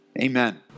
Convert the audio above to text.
amen